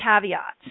caveat